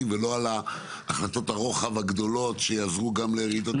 ולא בהחלטות הרוחב הגדולות שיעזרו גם לרעידות אדמה וכולי.